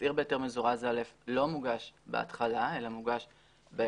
התצהיר בהיתר מזורז א' לא מוגש בהתחלה אלא מוגש בהמשך.